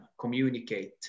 communicate